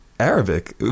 Arabic